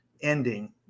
ending